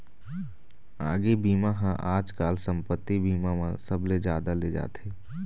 आगी बीमा ह आजकाल संपत्ति बीमा म सबले जादा ले जाथे